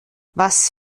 was